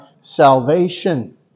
salvation